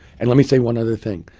and let me say one other thing,